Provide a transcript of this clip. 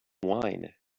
wine